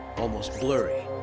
almost blurry.